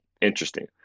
interesting